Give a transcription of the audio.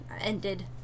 ended